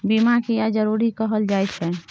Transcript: बीमा किये जरूरी कहल जाय छै?